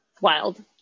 Wild